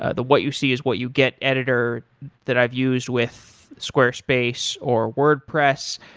ah the what you see is what you get editor that i've used with squarespace or wordpress.